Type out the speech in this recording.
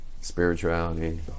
Spirituality